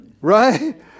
Right